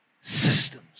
systems